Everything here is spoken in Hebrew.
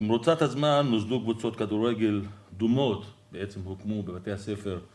במרוצת הזמן נוסדו וצוד קבוצות כדורגל קדומות, בעצם הוקמו בבתי הספר